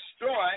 destroy